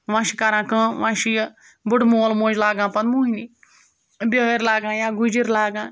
وۄنۍ چھِ کَران کٲم وۄنۍ چھِ یہِ بُڈٕ مول موج لاگان پَتہٕ موٚہنِو بِہٲرۍ لاگان یا گُجِر لاگان